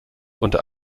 unter